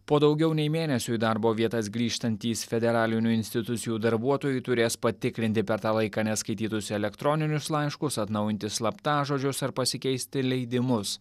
po daugiau nei mėnesio darbo vietas grįžtantys federalinių institucijų darbuotojai turės patikrinti per tą laiką neskaitytus elektroninius laiškus atnaujinti slaptažodžius ar pasikeisti leidimus